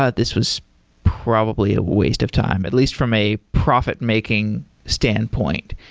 ah this was probably a waste of time. at least from a profit-making standpoint,